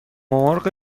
مرغ